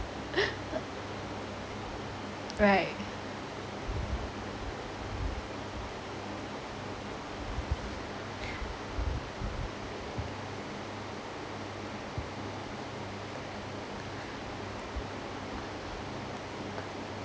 right